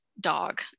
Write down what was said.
dog